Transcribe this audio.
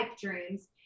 dreams